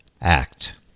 act